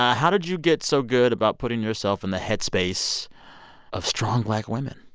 how did you get so good about putting yourself in the head space of strong black women?